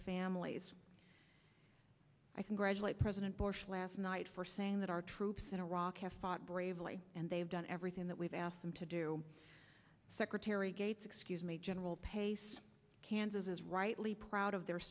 families i can graduate president bush last night for saying that our troops in iraq have fought bravely and they've done everything that we've asked them to do secretary gates excuse me general pace kansas is rightly proud of their